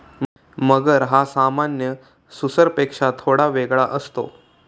मगर हा सामान्य सुसरपेक्षा थोडा वेगळा असतो